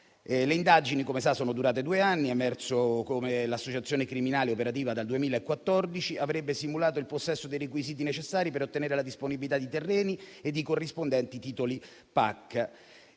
Le indagini - come sa - sono durate due anni ed è emerso come l'associazione criminale operativa dal 2014 avrebbe simulato il possesso dei requisiti necessari per ottenere la disponibilità di terreni e di corrispondenti titoli PAC,